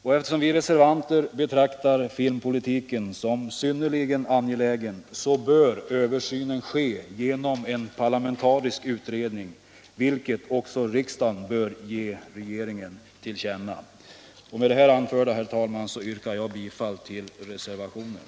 Och eftersom vi reservanter betraktar filmpolitiken som synnerligen angelägen anser vi att översynen bör ske genom en parlamentarisk utredning, vilket också riksdagen bör ge regeringen till känna. Med det anförda, herr talman, yrkar jag bifall till reservationen.